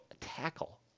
tackle